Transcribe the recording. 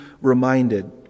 reminded